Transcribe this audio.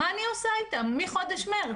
מה אני עושה איתם מחודש מרץ?